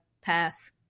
pass